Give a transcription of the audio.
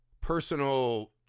personal